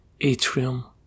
atrium